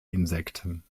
insekten